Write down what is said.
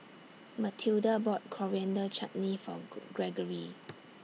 Matilda bought Coriander Chutney For Gregory